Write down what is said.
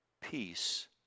peace